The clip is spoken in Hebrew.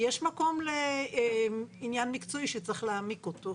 יש מקום לעניין מקצועי, שצריך להעמיק אותו.